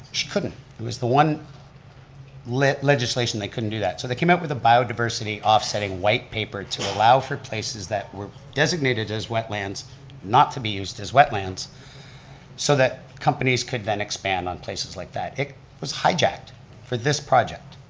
she couldn't, it was the one legislation they couldn't do that, so they come up with the biodiversity offsetting white paper to allow for places that were designated as wetlands not to be used as wetlands so that companies could then expand on places like that. it was hijacked for this project.